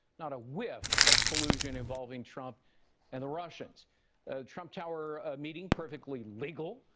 not a whiff of collusion involving trump and the russians. a trump tower meeting perfectly legal.